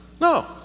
No